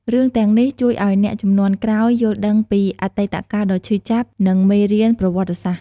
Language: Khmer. រឿងទាំងនេះជួយឱ្យអ្នកជំនាន់ក្រោយយល់ដឹងពីអតីតកាលដ៏ឈឺចាប់ និងមេរៀនប្រវត្តិសាស្ត្រ។